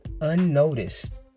unnoticed